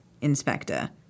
Inspector